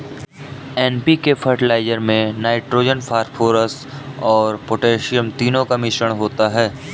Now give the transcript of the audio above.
NPK fertiliser में nitrogen, phosphorus और potassium तीनों का मिश्रण होता है